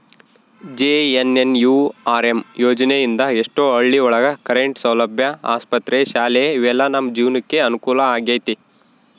JNNURM ಯೋಜನೆ ಇಂದ ಎಷ್ಟೋ ಹಳ್ಳಿ ಒಳಗ ಕರೆಂಟ್ ಸೌಲಭ್ಯ ಆಸ್ಪತ್ರೆ ಶಾಲೆ ಇವೆಲ್ಲ ನಮ್ ಜೀವ್ನಕೆ ಅನುಕೂಲ ಆಗೈತಿ